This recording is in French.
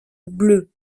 bleu